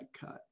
cut